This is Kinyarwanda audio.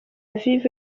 aviv